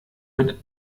mit